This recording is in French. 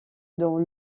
dans